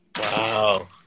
Wow